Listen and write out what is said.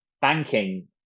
banking